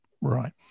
Right